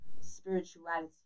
spirituality